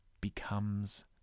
becomes